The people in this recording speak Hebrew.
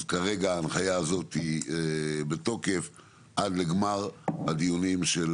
אז כרגע ההנחיה הזו בתוקף עד לגמר הדיונים של